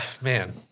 man